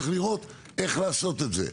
צריך לראות איך לעשות את זה,